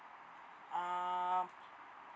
um